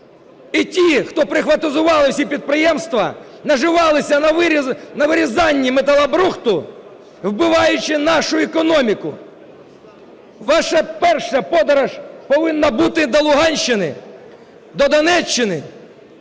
і ті, хто "прихватизували" всі підприємства, наживалися на вирізанні металобрухту, вбиваючи нашу економіку. Ваша перша подорож повинна бути до Луганщини, до Донеччини,